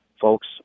folks